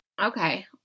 Okay